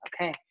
Okay